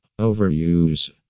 Overuse